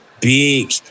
big